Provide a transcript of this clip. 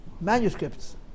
manuscripts